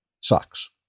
sucks